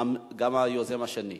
גם היוזם השני.